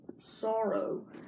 sorrow